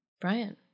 Brian